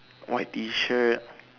white t shirt